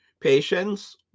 Patients